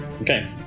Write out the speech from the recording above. Okay